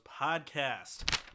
Podcast